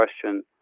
question